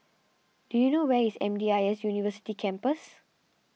do you know where is M D I S University Campus